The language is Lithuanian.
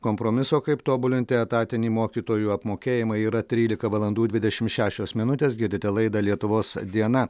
kompromiso kaip tobulinti etatinį mokytojų apmokėjimą yra trylika valandų dvidešim šešios minutės girdite laidą lietuvos diena